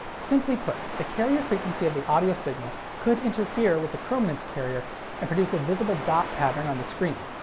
simply put, the carrier frequency of the audio signal could interfere with the chrominance carrier and produce a visible dot pattern on the screen.